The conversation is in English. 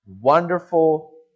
wonderful